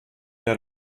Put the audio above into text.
der